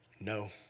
no